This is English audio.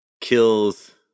kills